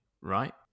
right